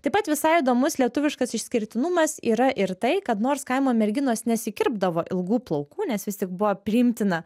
taip pat visai įdomus lietuviškas išskirtinumas yra ir tai kad nors kaimo merginos nesikirpdavo ilgų plaukų nes vis tik buvo priimtina